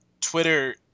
Twitter